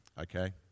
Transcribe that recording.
okay